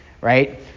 right